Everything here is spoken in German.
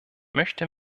möchte